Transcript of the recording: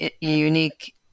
unique